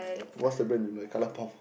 what's the brand you like Colourpop